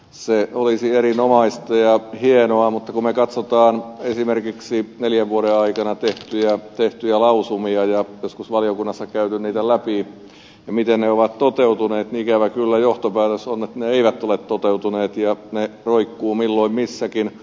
se olisi erinomaista ja hienoa mutta kun me katsomme esimerkiksi neljän vuoden aikana tehtyjä lausumia ja joskus valiokunnassa on niitä käyty läpi ja miten ne ovat toteutuneet niin ikävä kyllä johtopäätös on että ne eivät ole toteutuneet ja ne roikkuvat milloin missäkin